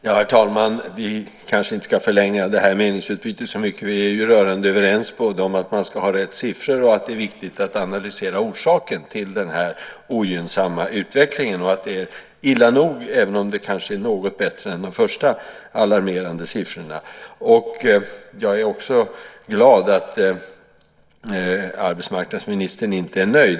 Herr talman! Vi ska kanske inte förlänga det här meningsutbytet så mycket mer. Vi är rörande överens både om att man ska ha riktiga siffror och om att det är viktigt att analysera orsaken till den här ogynnsamma utvecklingen - det är illa nog, även om det kanske är något bättre än vad de första alarmerande siffrorna visade. Vidare är jag glad över att arbetsmarknadsministern inte är nöjd.